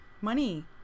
money